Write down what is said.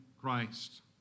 Christ